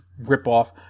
ripoff